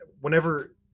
whenever